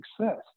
success